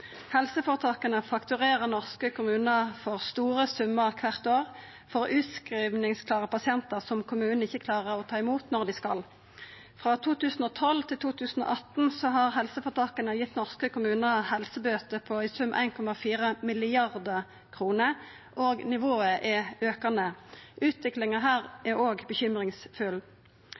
Helseføretaka fakturerer norske kommunar for store summar kvart år for utskrivingsklare pasientar som kommunen ikkje klarer å ta imot når dei skal. Frå 2012 til 2018 har helseføretaka gjeve norske kommunar helsebøter på i sum 1,4 mrd. kr, og nivået er aukande. Utviklinga her er òg bekymringsfull. Norske kommunar er dei beste til å yta grunnleggjande helse- og